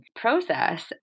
process